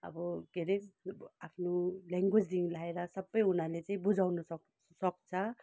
अब के अरे आफ्नो लेङ्वेजदेखि लगाएर सबै उनीहरूले चाहिँ बुझाउनु सक् सक्छ